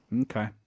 Okay